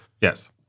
Yes